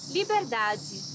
liberdade